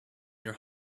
your